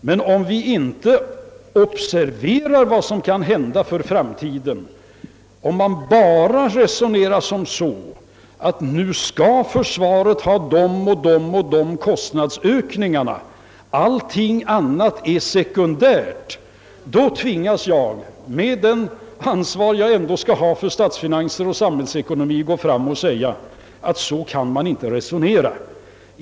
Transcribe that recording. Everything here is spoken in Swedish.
Men om vi inte observerar vad som kan hända för framtiden utan bara resonerar som så, att nu skall försvaret få de och de kostnadsökningarna och allting annat är sekundärt, tvingas jag, med det ansvar jag ändå har för statsfinanser och samhällsekonomi, att säga ifrån att på detta sätt kan man inte resonera.